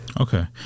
Okay